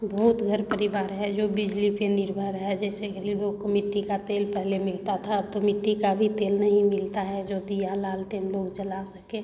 बहुत घर परिवार है जो बिजली पे निर्भर है जैसे गरीबों को मिट्टी का तेल पहले मिलता था अब तो मिट्टी का भी तेल नहीं मिलता है जो दिया लालटेन लोग जला सकें